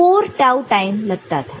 4 टाऊ टाइम लगता था